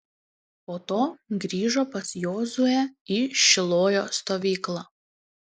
po to grįžo pas jozuę į šilojo stovyklą